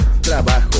trabajo